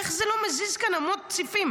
איך זה לא מזיז כאן את אמות הסיפים?